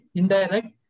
indirect